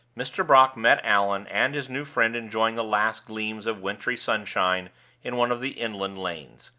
mr. brock met allan and his new friend enjoying the last gleams of wintry sunshine in one of the inland lanes.